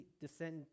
descend